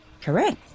Correct